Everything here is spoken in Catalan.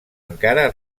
encara